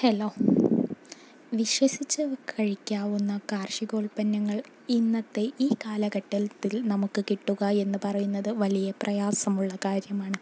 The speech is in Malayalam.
ഹലോ വിശ്വസിച്ചു കഴിക്കാവുന്ന കാർഷികോൽപ്പന്നങ്ങൾ ഇന്നത്തെ ഈ കാലഘട്ടത്തിൽ നമുക്ക് കിട്ടുക എന്ന് പറയുന്നത് വലിയ പ്രയാസമുള്ള കാര്യമാണ്